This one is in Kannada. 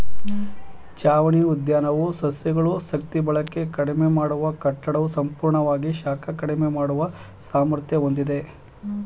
ಛಾವಣಿ ಉದ್ಯಾನವು ಸಸ್ಯಗಳು ಶಕ್ತಿಬಳಕೆ ಕಡಿಮೆ ಮಾಡುವ ಕಟ್ಟಡವು ಸಂಪೂರ್ಣವಾಗಿ ಶಾಖ ಕಡಿಮೆ ಮಾಡುವ ಸಾಮರ್ಥ್ಯ ಹೊಂದಿವೆ